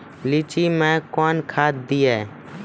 लीची मैं कौन खाद दिए?